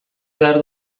behar